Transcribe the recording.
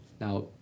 Now